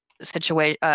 situation